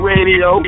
Radio